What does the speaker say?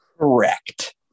Correct